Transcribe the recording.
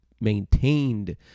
maintained